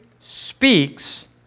speaks